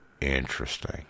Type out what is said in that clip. Interesting